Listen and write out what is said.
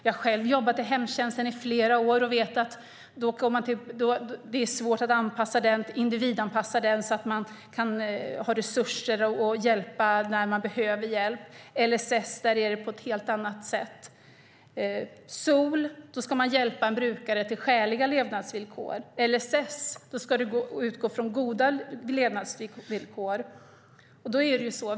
Jag har själv jobbat i hemtjänsten i flera år och vet att det är svårt att individanpassa den så att det finns resurser och man kan hjälpa när det behövs. När det gäller LSS är det på ett helt annat sätt. SOL innebär att man ska hjälpa en brukare till skäliga levnadsvillkor. LSS innebär att man ska utgå ifrån goda levnadsvillkor.